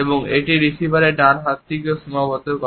এবং এটি রিসিভারের ডান হাতকেও সীমাবদ্ধ করে